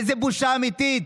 וזו בושה אמיתית.